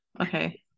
okay